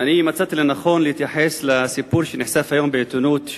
מצאתי לנכון להתייחס לסיפור שנחשף היום בעיתונות,